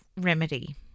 remedy